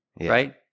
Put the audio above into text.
right